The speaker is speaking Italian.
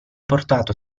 portato